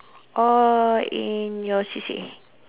orh in your C_C_A